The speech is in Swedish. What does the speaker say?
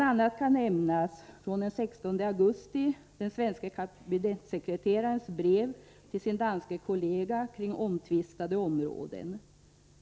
a. kan nämnas den svenske kabinettssekreterarens brev av den 16 augusti till sin danske kollega kring omtvistade områden.